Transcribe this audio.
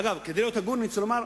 אגב, כדי להיות הגון אני רוצה לומר: